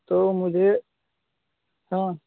तो मुझे हाँ